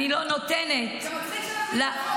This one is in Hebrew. אני לא נותנת --- זה מצחיק שאנחנו מתווכחות,